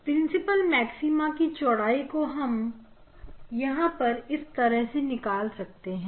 principal maxima की चौड़ाई को यहां पर इस तरह से निकाला जा सकता है